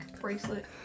Bracelet